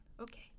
Okay